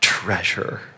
Treasure